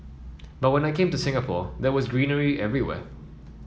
but when I came to Singapore there was greenery everywhere